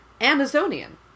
Amazonian